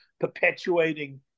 perpetuating